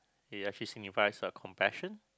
she actually signifies uh compassion